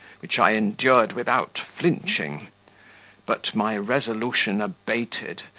which i endured without flinching but my resolution abated,